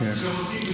כשרוצים,